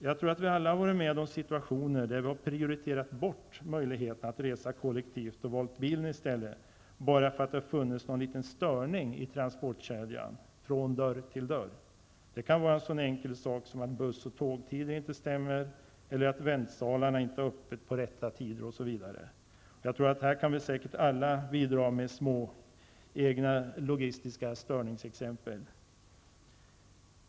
Jag tror att vi alla har varit med om situationer där vi har prioriterat bort möjligheterna att resa kollektivt och valt bilen i stället bara för att det har funnits en liten störning i transportkedjan från dörr till dörr. Det kan vara så enkelt som att busstider och tågtider inte stämmer, att väntsalarna inte har öppet på rätta tider osv. Här kan vi alla säkert bidra med egna små logistiska störningsexempel.